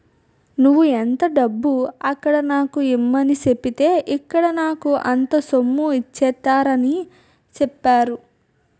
నువ్వు ఎంత డబ్బు అక్కడ నాకు ఇమ్మని సెప్పితే ఇక్కడ నాకు అంత సొమ్ము ఇచ్చేత్తారని చెప్పేరు